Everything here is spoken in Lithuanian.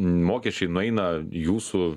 mokesčiai nueina jūsų